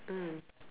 mm